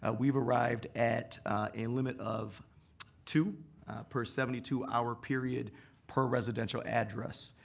ah we've arrived at a limit of two per seventy two hour period per residential address.